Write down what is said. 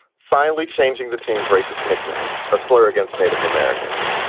finally changing the team's racist nickname, a slur against native americans.